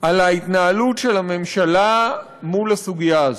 על ההתנהלות של הממשלה מול הסוגיה הזו.